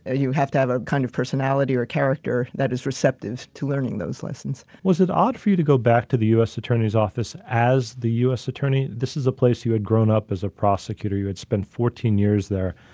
ah you have to have a kind of personality or character that is receptive to learning those lessons. was it odd for you to go back to the us attorney's office as the us attorney? this is a place you had grown up as a prosecutor you had spent fourteen years there,